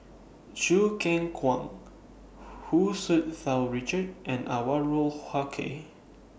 Choo Keng Kwang Hu Tsu Richard and Anwarul Haque